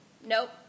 nope